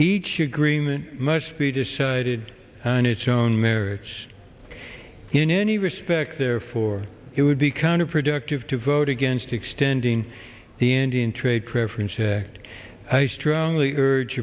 agreement must be decided on its own merits in any respect therefore it would be counterproductive to vote against extending the indian trade preference act i strongly urge